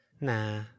Nah